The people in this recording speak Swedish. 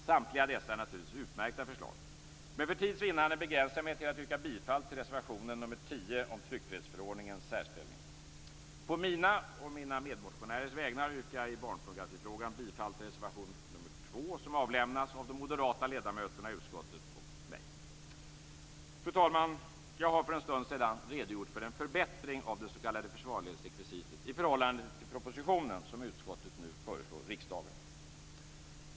Samtliga dessa är naturligtvis utmärkta förslag, men för tids vinnande begränsar jag mig till att yrka bifall till reservationen nr 10 om tryckfrihetsförordningens särställning. På mina och mina medmotionärers vägnar yrkar jag i barnpornografifrågan bifall till reservation nr 2, som avlämnats av de moderata ledamöterna i utskottet och mig. Fru talman! Jag har för en stund sedan redogjort för den förbättring av det s.k. försvarlighetsrekvisitet i förhållande till propositionen som utskottet nu föreslår riksdagen.